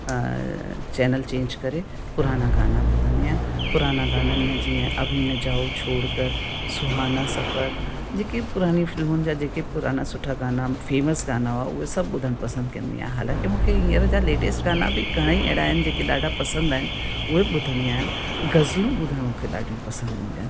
channel change करे पुराणा गाना ॿुधंदी आहियां पुराणा गाननि में जीअं अभी न जाओ छोड़ कर सुहाना सफ़र जेके पुराणी फिल्मुनि जा जेके पुराणा सुठा गाना फेमस गाना हुआ उहा सभु ॿुधणु पसंदि कंदी आहियां हालांकि मूंखे हीअंर जा लेटेस्ट गाना बि घणेई अहिड़ा आहिनि जेके ॾाढा पसंदि आहिनि उहे बि ॿुधंदी आहियां गज़लू ॿुधण मूंखे ॾाढियूं पसंदि ईंदियूं आहिनि